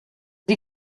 sie